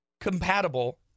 compatible